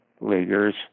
leaguers